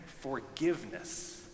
forgiveness